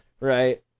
right